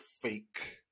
fake